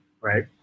right